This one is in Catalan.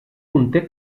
conté